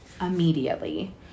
immediately